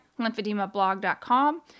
lymphedemablog.com